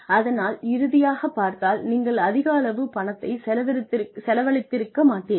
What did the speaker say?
அதனால் இறுதியாகப் பார்த்தால் நீங்கள் அதிக அளவு பணத்தைச் செலவழித்திருக்க மாட்டீர்கள்